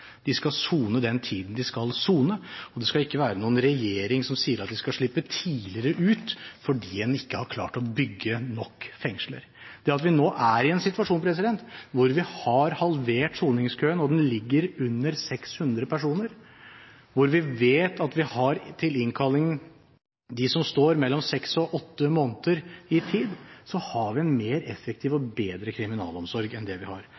De skal sone den tiden de skal sone, og det skal ikke være noen regjering som sier at de skal slippe ut tidligere fordi en ikke har klart å bygge nok fengsler. Det at vi nå er i en situasjon hvor vi har halvert soningskøen, og den er på under 600 personer, hvor vi vet at vi har til innkalling dem som står mellom seks og åtte måneder i kø, viser at vi har en mer effektiv og bedre kriminalomsorg enn det vi har